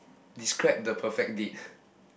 describe the perfect date